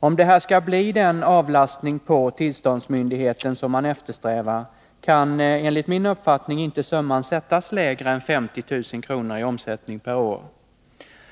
Om man skall kunna uppnå den avlastning av tillståndsmyndigheten som man eftersträvar, kan enligt min uppfattning summan inte sättas lägre än 50 000 kr. i omsättning per år.